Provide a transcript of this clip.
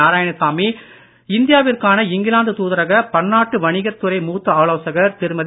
Narayanasamy India விற்கான England தூதரக பன்னாட்டு வணிகத்துறை மூத்த ஆலோசகர் திருமதி